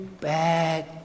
bad